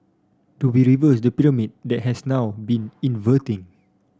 do we reverse the pyramid that has now been inverting